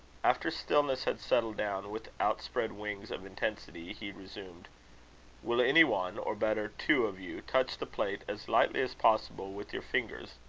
after stillness had settled down with outspread wings of intensity, he resumed will any one, or, better, two of you, touch the plate as lightly as possible with your fingers?